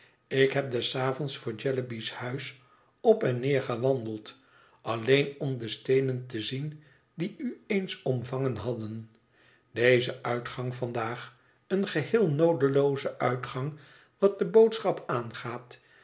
ik heb des avonds voor jellyby's huis op en neer gewandeld alleen om de steenen te zien die u eens omvangen hadden deze uitgang vandaag een geheel noodelooze uitgang wat de boodschap aangaat